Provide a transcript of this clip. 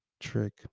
trick